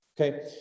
okay